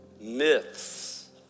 myths